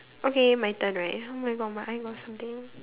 okay my turn right oh-my-God my eye got something